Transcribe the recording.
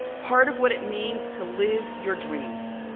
part of what it means to live your dreams.